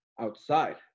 outside